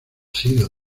sido